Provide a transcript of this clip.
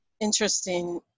interesting